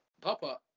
Papa